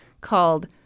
called